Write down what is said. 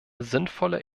sinnvolle